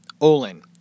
Olin